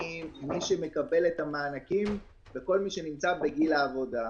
אי-אפשר לדחות להם את המתווה כי הם קלטו עובדים כבר.